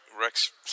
Rex